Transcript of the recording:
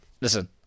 listen